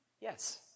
Yes